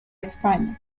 españa